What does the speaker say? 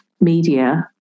media